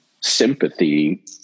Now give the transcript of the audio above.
sympathy